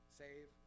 save